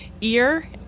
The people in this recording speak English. Ear